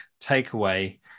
takeaway